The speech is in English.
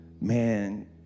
man